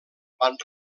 van